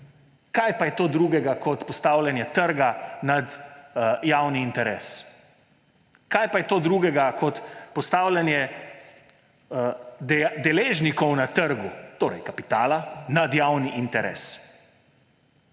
Kaj pa je to drugega kot postavljanje trga nad javni interes? Kaj pa je to drugega kot postavljanje deležnikov na trgu, torej kapitala, nad javni interes?